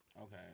Okay